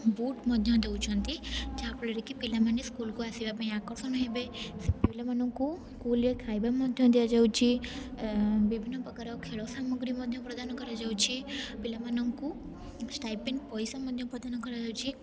boot ମଧ୍ୟ ଦେଉଛନ୍ତି ଯାହା ଫଳରେ କି ପିଲାମାନେ ସ୍କୁଲ୍କୁ ଆସିବା ପାଇଁ ଆକର୍ଷଣ ହେବେ ପିଲାମାନଙ୍କୁ ସ୍କୁଲ୍ରେ ଖାଇବା ମଧ୍ୟ ଦିଆ ଯାଉଛି ବିଭିନ୍ନ ପ୍ରକାର ଖେଳ ସାମଗ୍ରୀ ମଧ୍ୟ ପ୍ରଦାନ କରାଯାଉଛି ପିଲାମାନଙ୍କୁ ଷ୍ଟାଇପେଣ୍ଟ୍ ପଇସା ମଧ୍ୟ ପ୍ରଦାନ କରାଯାଉଛି